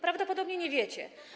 Prawdopodobnie nie wiecie.